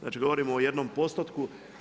Znači, govorimo o jednom postotku.